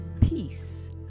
peace